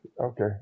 Okay